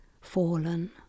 fallen